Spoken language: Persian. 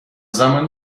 زمانی